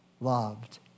loved